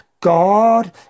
God